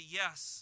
yes